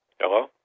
Hello